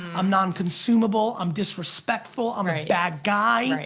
i'm nonconsumable, i'm disrespectful, i'm a bad guy.